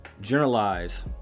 generalize